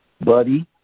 Buddy